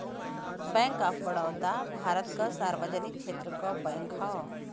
bank of Baroda Bharat क सार्वजनिक क्षेत्र क बैंक हौ